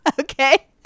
Okay